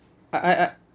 I I I